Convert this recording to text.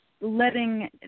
letting